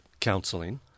counseling